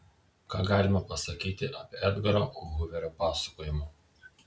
ką galima pasakyti apie edgaro huverio pasakojimą